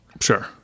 Sure